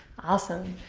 awesome.